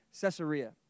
Caesarea